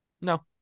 No